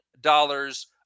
dollars